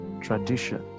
Traditions